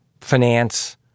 finance